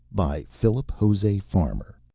by philip jose farmer